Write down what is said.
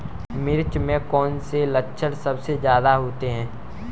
मिर्च में कौन से लक्षण सबसे ज्यादा होते हैं?